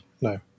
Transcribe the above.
No